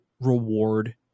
reward